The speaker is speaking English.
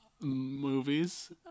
movies